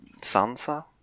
Sansa